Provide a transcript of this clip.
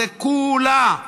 זה כולה,